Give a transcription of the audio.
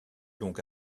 donc